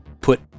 put